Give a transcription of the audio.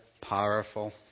powerful